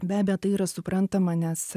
be abejo tai yra suprantama nes